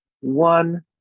one